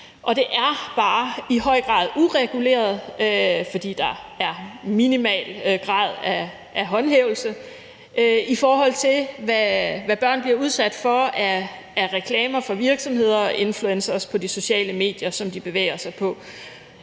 og det er bare i høj grad ureguleret. Der er en minimal grad af håndhævelse, i forhold til hvad børn bliver udsat for af reklamer fra virksomheder og influencere på de sociale medier, som de bevæger sig på.